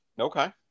okay